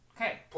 Okay